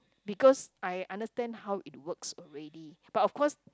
because I understand how it works already but of course